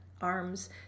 arms